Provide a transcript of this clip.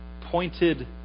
pointed